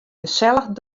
gesellich